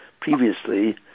previously